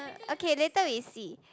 okay later we see